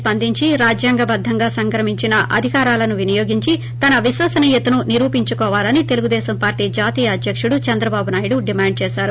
స్పందించి రాజ్యాంగబద్దంగా సంక్రమించిన అధికారాలను వినియోగించి తన విశ్వసనీయతను నిరూపించుకోవాలని తెలుగుదేశం పార్టీ జాతీయ అధ్యకుడు చంద్రబాబు నాయుడు డిమాండ్ చేసారు